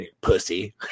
Pussy